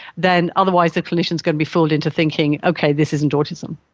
then otherwise the clinician is going to be fooled into thinking, okay, this isn't autism.